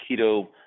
keto